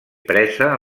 presa